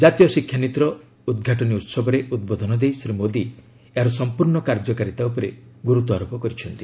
ଜାତୀୟ ଶିକ୍ଷାନୀତିର ଉଦ୍ଘାଟନୀ ଉହବରେ ଉଦ୍ବୋଧନ ଦେଇ ଶ୍ରୀ ମୋଦୀ ଏହାର ସମ୍ପର୍ଣ୍ଣ କାର୍ଯ୍ୟକାରୀତା ଉପରେ ଗୁରୁତ୍ୱାରୋପ କରିଛନ୍ତି